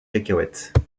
cacahuètes